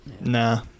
Nah